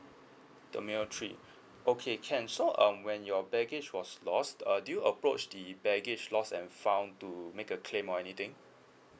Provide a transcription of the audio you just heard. terminal three okay can so um when your baggage was lost uh do you approach the baggage lost and found to make a claim or anything